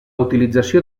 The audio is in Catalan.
utilització